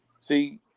See